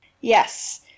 Yes